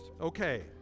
okay